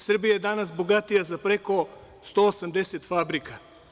Srbija je danas bogatija za preko 180 fabrika.